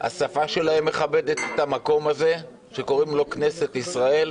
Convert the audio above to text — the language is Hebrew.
השפה שלהם מכבדת את המקום הזה שקוראים לו כנסת ישראל.